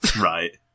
right